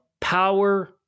power